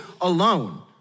alone